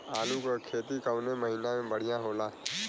आलू क खेती कवने महीना में बढ़ियां होला?